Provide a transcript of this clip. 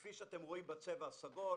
כפי שאתם רואים בצבע הסגול,